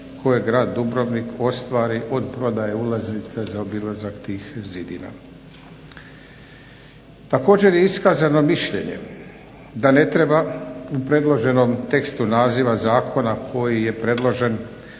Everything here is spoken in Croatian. koje grad Dubrovnik ostvari od prodaje ulaznica za obilazak tih zidina. Također je iskazano mišljenje da ne treba u predloženom tekstu naziva zakona koji je predložen